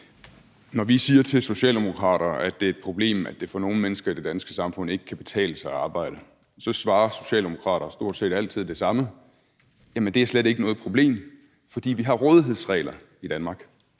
Når vi siger til socialdemokrater, at det er et problem, at det for nogle mennesker i det danske samfund ikke kan betale sig at arbejde, så svarer socialdemokrater stort set altid det samme: Jamen det er slet ikke noget problem, for vi har rådighedsregler i Danmark.